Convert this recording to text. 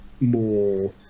more